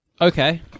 Okay